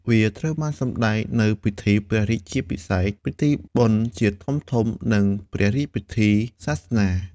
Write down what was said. វាត្រូវបានសម្តែងនៅពិធីព្រះរាជាភិសេក ពិធីបុណ្យជាតិធំៗ និងព្រះរាជពិធីសាសនា។